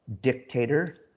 dictator